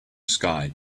sky